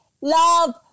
love